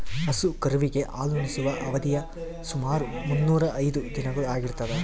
ಹಸು ಕರುವಿಗೆ ಹಾಲುಣಿಸುವ ಅವಧಿಯು ಸುಮಾರು ಮುನ್ನೂರಾ ಐದು ದಿನಗಳು ಆಗಿರ್ತದ